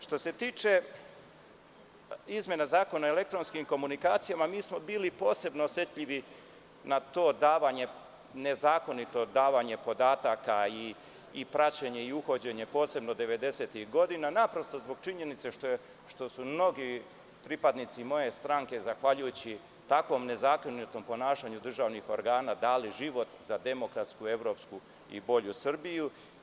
Što se tiče izmena Zakona o elektronskim komunikacijama mi smo bili posebno osetljivi na to davanje nezakonito podataka i praćenje i uhođenje posebno 90-ih godina naprosto zbog činjenice što su mnogi pripadnici moje stranke zahvaljujući takvom nezakonitom ponašanju državnih organa dali život za demokratsku, evropsku i bolju Srbiju.